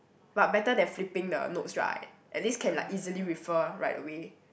but better than flipping the notes right at least can like easily refer right away